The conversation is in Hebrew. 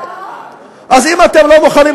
לא, לא, לא, לא,